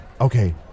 Okay